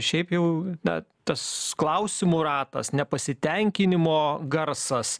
šiaip jau na tas klausimų ratas nepasitenkinimo garsas